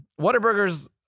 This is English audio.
Whataburgers